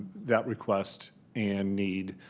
that request and need,